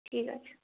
ঠিক আছে